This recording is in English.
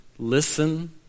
Listen